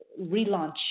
relaunch